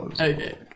Okay